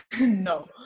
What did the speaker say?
no